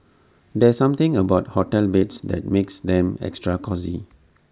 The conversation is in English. there's something about hotel beds that makes them extra cosy